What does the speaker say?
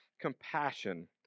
compassion